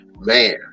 man